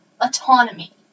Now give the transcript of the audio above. autonomy